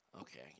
Okay